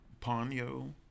Ponyo